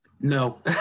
No